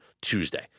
Tuesday